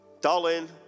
Darling